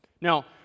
Now